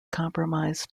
compromise